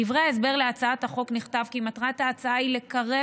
בדברי ההסבר להצעת החוק נכתב כי מטרת ההצעה היא לקרב